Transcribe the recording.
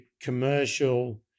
commercial